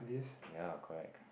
ya correct